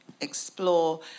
explore